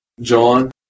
John